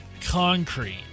Concrete